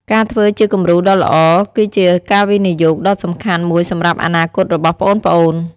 ការធ្វើជាគំរូដ៏ល្អគឺជាការវិនិយោគដ៏សំខាន់មួយសម្រាប់អនាគតរបស់ប្អូនៗ ។